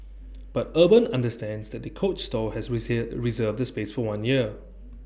but urban understands that the coach store has reserved the space for one year